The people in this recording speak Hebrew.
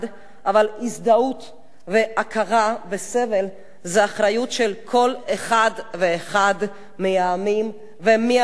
אבל הזדהות והכרה בסבל הן אחריות של כל אחד ואחד מהעמים ומהמדינות